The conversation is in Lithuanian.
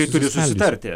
tai turi susitarti